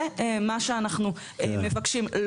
זה מה שאנחנו מבקשים,